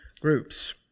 groups